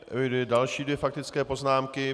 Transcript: Eviduji další dvě faktické poznámky.